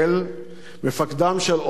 מפקדם של אותם לוחמים,